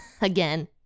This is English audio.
again